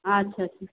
আচ্ছা আচ্ছা